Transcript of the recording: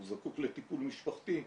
הוא זקוק לטיפול משפחתי,